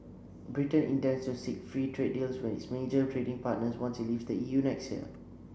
Britain intends to seek free trade deals with its major trading partners once it leaves the E U next year